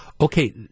Okay